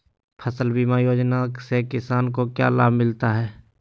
फसल बीमा योजना से किसान को क्या लाभ मिलता है?